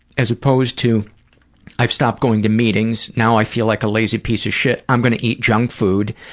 as opposed to i've stopped going to meetings, now i feel like a lazy piece of shit, i'm going to eat junk food,